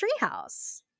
Treehouse